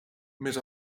més